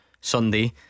Sunday